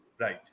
right